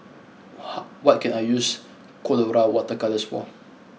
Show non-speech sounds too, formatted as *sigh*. *noise* what can I use Colora water colours for